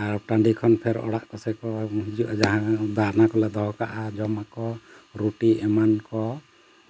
ᱟᱨ ᱴᱟᱺᱰᱤ ᱠᱷᱚᱱ ᱯᱷᱮᱨ ᱚᱲᱟᱜ ᱠᱚᱥᱮᱫ ᱠᱚ ᱦᱤᱡᱩᱜᱼᱟ ᱡᱟᱦᱟᱸ ᱫᱟᱱᱟ ᱠᱚᱞᱮ ᱫᱚᱦᱚ ᱠᱟᱜᱼᱟ ᱡᱚᱢᱟᱠᱚ ᱨᱩᱴᱤ ᱮᱢᱟᱱ ᱠᱚ